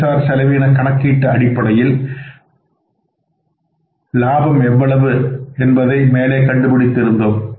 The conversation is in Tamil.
செயல் சார் செலவீன கணக்கீடு அடிப்படையில் அடிப்படையில் லாபம் எவ்வளவு என்பதை மேலே கண்டுபிடித்து இருந்தோம்